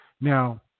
Now